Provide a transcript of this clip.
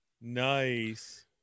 nice